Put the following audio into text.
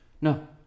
no